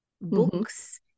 books